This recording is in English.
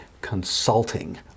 consulting